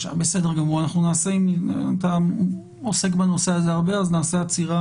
אתה עושה בנושא הזה הרבה אז נעשה עצירה